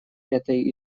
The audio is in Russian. этой